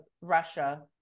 Russia